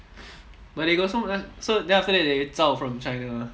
but they got so much so then after that they zao from china ah